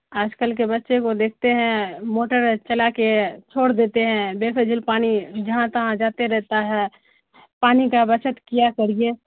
آج کل کے بچے وہ دیکھتے ہیں موٹر چلا کے چھوڑ دیتے ہیں بے فضول پانی جہاں تہاں جاتے رہتا ہے پانی کا بچت کیا کریے